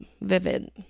vivid